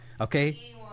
okay